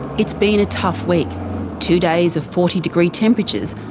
it's been a tough week two days of forty degree temperatures,